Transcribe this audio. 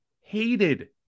hated